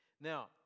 Now